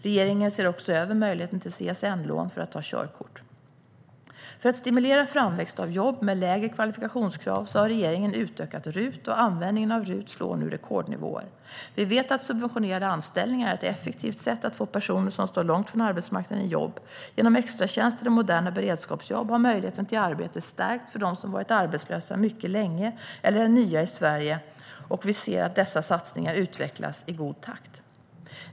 Regeringen ser också över möjligheten till CSN-lån för att ta körkort. För att stimulera framväxt av jobb med lägre kvalifikationskrav har regeringen utökat RUT, och användningen av RUT slår nu rekordnivåer. Vi vet att subventionerade anställningar är ett effektivt sätt att få personer som står långt från arbetsmarknaden i jobb. Genom extratjänster och moderna beredskapsjobb har möjligheten till arbete stärkts för dem som varit arbetslösa mycket länge eller är nya i Sverige, och vi ser att dessa satsningar utvecklas i god takt.